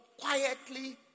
quietly